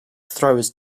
throwers